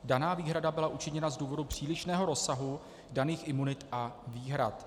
Daná výhrada byla učiněna z důvodu přílišného rozsahu daných imunit a výhrad.